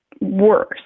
worse